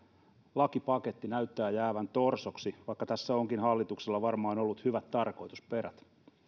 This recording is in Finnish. lakipaketti näyttää jäävän torsoksi vaikka tässä onkin hallituksella varmaan ollut hyvät tarkoitusperät